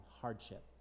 hardship